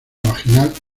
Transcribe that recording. vaginal